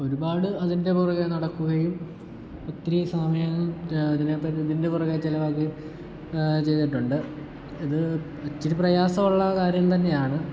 ഒരുപാട് അതിൻ്റെ പുറകേ നടക്കുകയും ഒത്തിരി സമയം ഇതിനെ ഇതിൻ്റെ പുറകെ ചിലവാക്കുകയും ചെയ്തിട്ടുണ്ട് ഇത് ഇച്ചിരി പ്രയാസമുള്ള കാര്യം തന്നെയാണ്